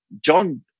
John